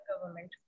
government